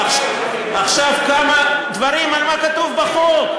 עכשיו כמה דברים על מה שכתוב בחוק,